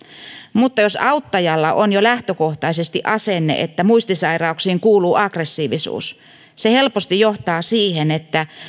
mutta jos auttajalla on jo lähtökohtaisesti sellainen asenne että muistisairauksiin kuuluu aggressiivisuus se helposti johtaa siihen että